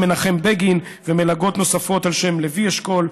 מנחם בגין ומלגות נוספות על שם לוי אשכול,